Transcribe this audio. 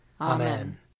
Amen